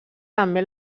també